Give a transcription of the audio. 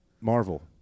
Marvel